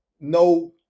no